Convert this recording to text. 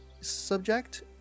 subject